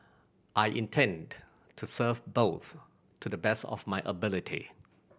I intend to serve both to the best of my ability